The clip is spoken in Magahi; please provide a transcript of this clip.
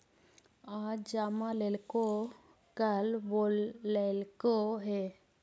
आज जमा लेलको कल बोलैलको हे?